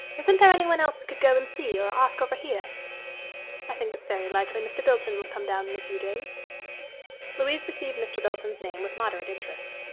isn't there anyone else we could go and see, or ask over here i think it very likely mr. bilton will come down in a few days louise received mr. bilton's name with moderate interest.